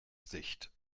sicht